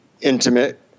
intimate